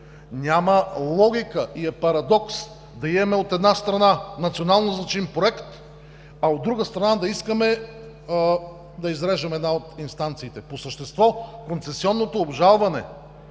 Няма логика и е парадокс да имаме, от една страна, национално значим проект, а от другата страна да искаме да изрежем една от инстанциите. По същество концесионното обжалване